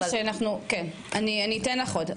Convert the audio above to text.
אני אתן לך עוד,